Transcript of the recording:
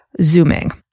zooming